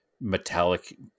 metallic